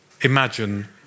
imagine